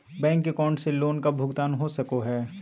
Bank account से loan का भुगतान हो सको हई?